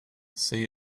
say